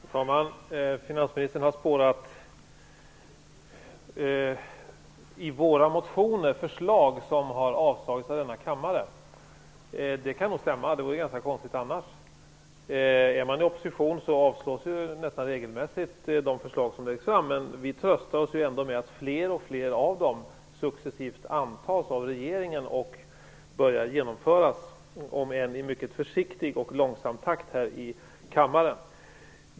Fru talman! Finansministern har i våra motioner spårat förslag som har avslagits av denna kammare. Det kan nog stämma; det vore ganska konstigt annars. Är man i opposition avslås ju nästan regelmässigt de förslag man lägger fram. Vi tröstar oss dock med att fler och fler av dem successivt antas av regeringen och börjar genomföras, om än i mycket försiktig och långsam takt, här i kammaren.